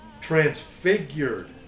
transfigured